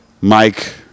Mike